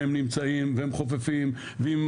והם נמצאים והם חופפים ואם